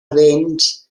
vents